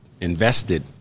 invested